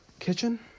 Kitchen